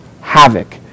havoc